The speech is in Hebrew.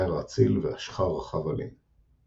ער אציל ואשחר רחב-עלים.